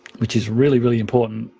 which is really, really important,